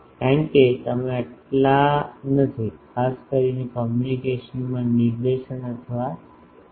કારણ કે તમે આટલા નથી ખાસ કરીને કૉમ્યૂનિકેશનમાં નિર્દેશન અથવા એસ